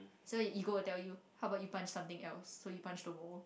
so your ego will tell you how about you punch something else so you punch the wall